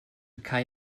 kai